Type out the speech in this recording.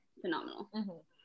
phenomenal